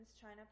China